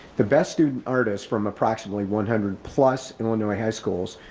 the best student artists from approximately one hundred plus, illinois high schools,